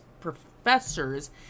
professors